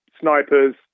snipers